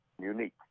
unique